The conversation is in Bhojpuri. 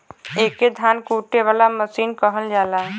एके धान कूटे वाला मसीन कहल जाला